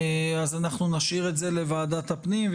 נשאיר את זה לוועדת הפנים.